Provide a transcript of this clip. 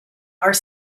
are